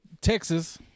Texas